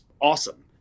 awesome